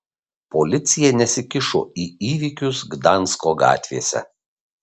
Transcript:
policija nesikišo į įvykius gdansko gatvėse